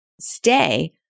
stay